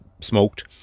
smoked